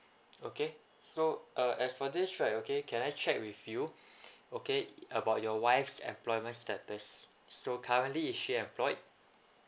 okay so uh as for this right okay can I check with you okay about your wife's employment status so currently is she employed